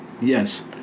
Yes